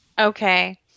okay